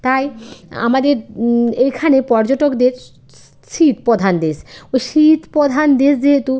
তাই আমাদের এইখানে পর্যটকদের স্ স্ শীতপ্রধান দেশ ওই শীতপ্রধান দেশ যেহেতু